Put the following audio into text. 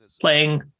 playing